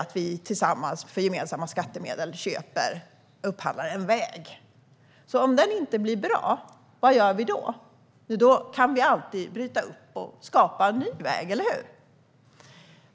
Om vi för gemensamma skattemedel upphandlar en väg och den inte blir bra, vad gör vi då? Jo, vi bryter upp den och skapar en ny.